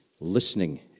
listening